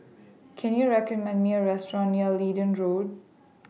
Can YOU recommend Me A Restaurant near Leedon Road